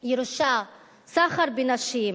ירושה, סחר בנשים,